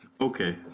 Okay